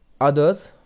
others